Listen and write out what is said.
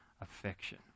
affection